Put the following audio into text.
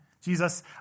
Jesus